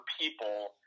people